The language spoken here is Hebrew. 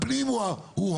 הפנים הוא האחראי.